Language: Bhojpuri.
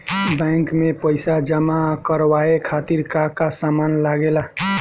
बैंक में पईसा जमा करवाये खातिर का का सामान लगेला?